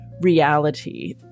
reality